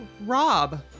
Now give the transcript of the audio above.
Rob